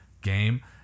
game